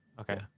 Okay